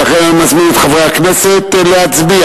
ולכן אני מזמין את חברי הכנסת להצביע.